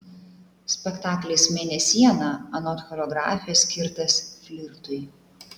spektaklis mėnesiena anot choreografės skirtas flirtui